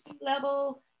level